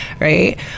right